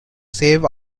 save